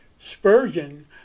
Spurgeon